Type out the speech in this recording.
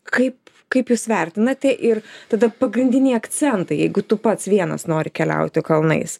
kaip kaip jūs vertinate ir tada pagrindiniai akcentai jeigu tu pats vienas nori keliauti kalnais